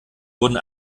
wurden